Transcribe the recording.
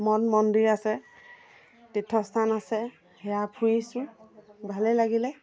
মন মন্দিৰ আছে তীৰ্থস্থান আছে সেয়া ফুৰিছোঁ ভালেই লাগিল